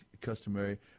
customary